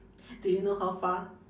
do you know how far